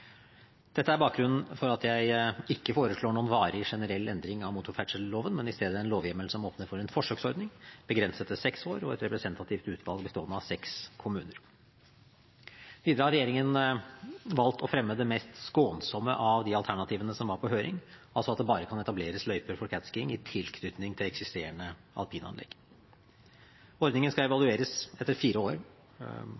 Dette er bakgrunnen for at jeg ikke foreslår noen varig generell endring av motorferdselloven, men i stedet en lovhjemmel som åpner for en forsøksordning begrenset til seks år og et representativt utvalg bestående av seks kommuner. Videre har regjeringen valgt å fremme det mest skånsomme av de alternativene som var på høring, altså at det bare kan etableres løyper for catskiing i tilknytning til eksisterende alpinanlegg. Ordningen skal